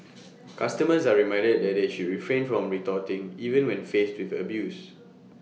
customers are reminded that they should refrain from retorting even when faced with abuse